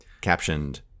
captioned